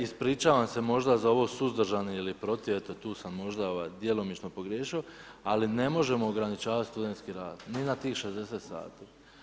Ispričavam se možda za ovo suzdržani ili protiv, eto tu sam možda djelomično pogriješio, ali ne možemo ograničavat studentski rad, ni na tih 60 sati.